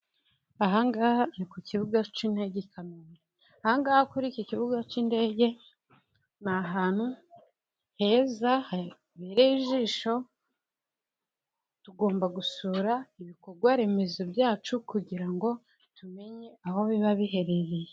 Aha ngaha ni ku kibuga cy'indege i Kanombe. Aha ngaha kuri iki kibuga cy'indege, ni ahantu heza, haberaye ijisho, tugomba gusura ibikorwa remezo byacu, kugira ngo tumenye aho biba biherereye.